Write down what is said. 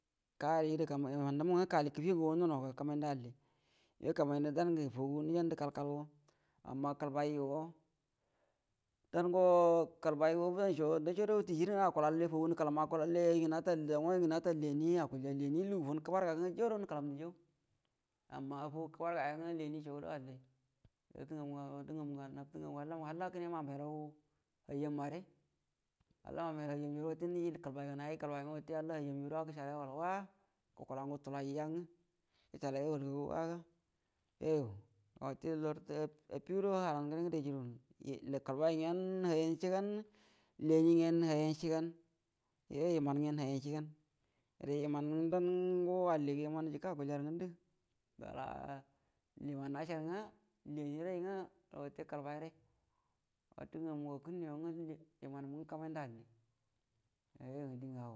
Kali də iman dumu nga kali feu ngagu nga annoga kamaində alli yo kama ində fouguwa mijandə kal-kal go amana kəlbai yugo dango kəlbaigo dasho adashode ti suruu nga akulalle fogu nakulam akulalle ai ngə nata dau nga ngə nata leui akulya yeni lugu feu kəbarga nga leui akulya yeni lugu fən kəbarga nga leui jaurə fəu nukulan ndə jau amma fagu kəbanga yanga leui shodo alli lartə ngamu lartə ngannu halla anau minyelau hayam mare hada mau uniyelau jo wute niji kəlbaiga. Nayi kəlbai nga hajan jada gəshalai rə aual waa gukula ngu tulai ja nga gəshaleraə aucul gaga waa yogu ga wute lartə affido halan ngəde ngəde juru kəlbai ngen hayeu shigau leui ngen hayan shiguh yo imau ngen hayau shigau gəre inau dango digə iman jikə akulya rə ngundə gaa iman jikə akulya rə ngundə gaa iman shashar nga lemi rai nga wute klluai rai wat kurunganu gakənnə yonga imah lugumgə hamandə alli ga yoyu ngə dimgə ago.